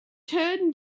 turn